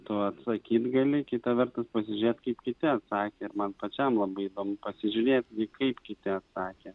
tu atlaikyt gali kita vertus pasižiūrėt kaip kiti atsakė ir man pačiam labai įdomu pasižiūrėt gi kaip kiti atsakė